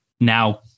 now